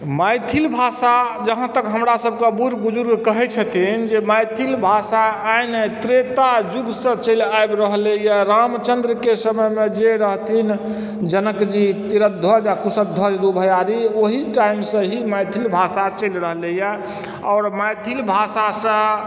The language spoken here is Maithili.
मैथिल भाषा जहाँ तक हमरा सभके बुढ़ बुजुर्ग कहै छथिन जे मैथिल भाषा आइ नहि त्रेता युगसँ चलि आबि रहलैया रामचन्द्रके समयमे जे रहथिन जनक जी शिरध्वज आ कुशसध्वज भइआरी ओहि टाइमसँ मैथिल भाषा चलि रहलैया आओर मैथिल भाषासँ